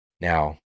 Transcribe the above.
Now